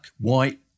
white